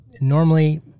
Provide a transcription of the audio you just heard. normally